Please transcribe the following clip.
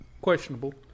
questionable